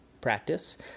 practice